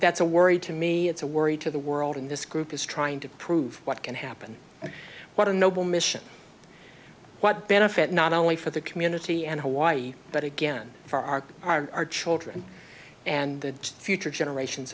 that's a worry to me it's a worry to the world in this group is trying to prove what can happen and what a noble mission what benefit not only for the community and hawaii but again for our our children and the future generations